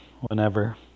whenever